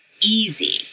easy